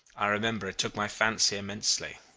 i remember it took my fancy immensely.